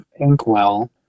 Inkwell